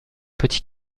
petit